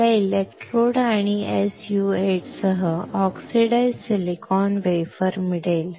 मला इलेक्ट्रोड आणि SU 8 सह ऑक्सिडाइज्ड सिलिकॉन वेफर मिळेल